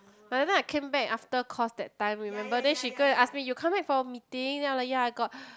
like that time I came back after course that time remember then she go and ask me you come back for a meeting then I'm like ya I got